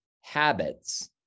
habits